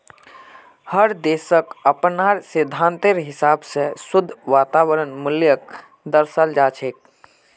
हर देशक अपनार सिद्धान्तेर हिसाब स शुद्ध वर्तमान मूल्यक दर्शाल जा छेक